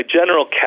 general